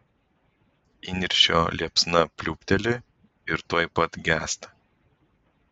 įniršio liepsna pliūpteli ir tuoj pat gęsta